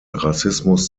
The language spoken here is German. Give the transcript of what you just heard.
rassismus